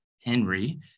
Henry